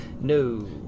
no